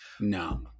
no